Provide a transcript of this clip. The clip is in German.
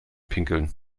pinkeln